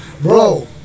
Bro